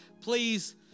please